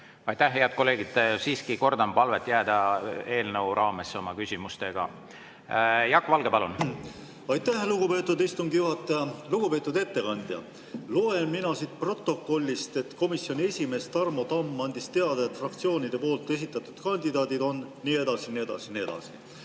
Aitäh! Head kolleegid, siiski kordan palvet jääda eelnõu raamesse oma küsimustega. Jaak Valge, palun! Aitäh, lugupeetud istungi juhataja! Lugupeetud ettekandja! Loen mina siit protokollist, et komisjoni esimees Tarmo Tamm andis teada, et fraktsioonide esitatud kandidaadid on ja nii edasi ja nii edasi ja nii edasi.